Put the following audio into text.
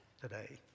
today